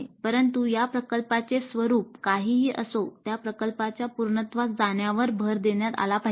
परंतु या प्रकल्पाचे स्वरूप काहीही असो त्या प्रकल्पाच्या पूर्णत्वास जाण्यावर भर देण्यात आला पाहिजे